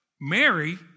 Mary